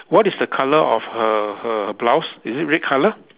what is the colour of her her blouse is it red colour